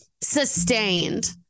Sustained